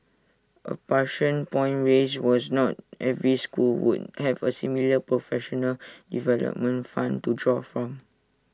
A pertinent point raised was not every school would have A similar professional development fund to draw from